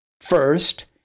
First